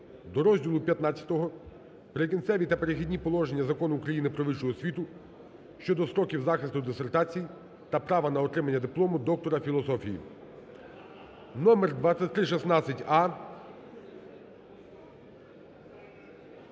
до розділу ХV "Прикінцеві та перехідні положення" Закону України "Про вищу освіту" щодо строків захисту дисертацій та права на отримання диплому доктора філософії та право